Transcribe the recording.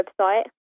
website